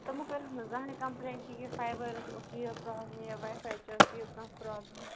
تِمو کَرِہم نہٕ زانٛہٕے کمپُلینٛٹ کہِ یہِ فایبَرس اوس یہِ پرٛابلِم یا واے فایچ ٲسۍ یہِ کانٛہہ پرٛابلِم